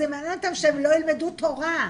זה מעניין אותם שהם לא ילמדו תורה.